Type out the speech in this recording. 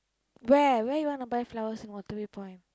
where where you want to buy flowers in Waterway-Point